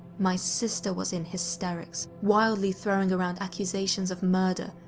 my sister was in hysterics, wildly throwing around accusations of murder,